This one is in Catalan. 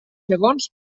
segons